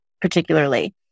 particularly